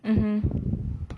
mmhmm